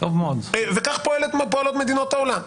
וכך פועלות מדינות העולם.